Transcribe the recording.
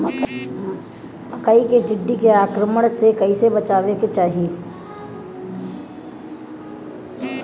मकई मे टिड्डी के आक्रमण से कइसे बचावे के चाही?